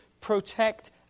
protect